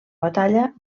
batalla